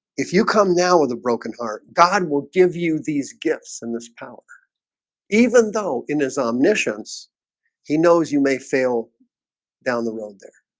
if you come down with a broken heart god will give you these gifts and this power even though in his omniscience he knows you may fail down the road there,